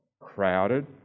crowded